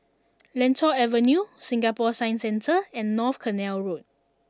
Lentor Avenue Singapore Science Centre and North Canal Road